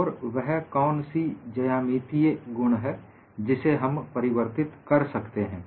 और वह कौन सी ज्यामितिए गुण है जिसे हम परिवर्तित कर सकते हैं